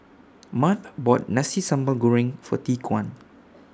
Mart bought Nasi Sambal Goreng For Tyquan